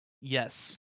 yes